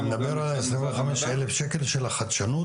מדבר על העשרים וחמש אלף שקל של החדשנות?